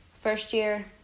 first-year